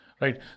right